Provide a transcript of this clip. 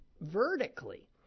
vertically